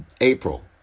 April